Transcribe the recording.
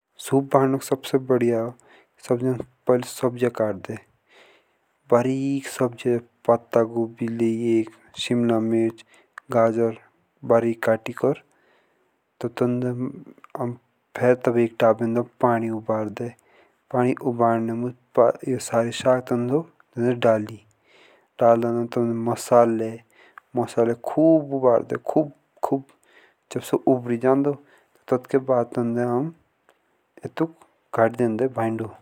सूप बणण'क सबसे बड़िया हो सबसे पहले बारीक सब्जी पाता गोबी ला एक सिमला मिर्च गाजर बारीक कतिकर तब फेर एक दाबेदो पानी उबालकर। पानी उबालणे ये साग तंदो देदे डालि मसाले कब उबलदे कब। जब सो उबली जाणदो तातके बाद ताब आम गाड़ी देंगे।